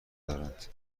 دارند